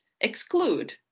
exclude